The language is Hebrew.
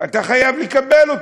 אתה חייב לקבל.